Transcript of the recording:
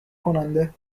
کننده